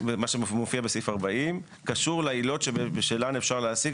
מה שמופיע בסעיף 40 קשור לעילות שבשלהן אפשר להשיג,